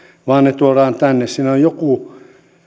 vaan ne tuodaan tänne siinä on joku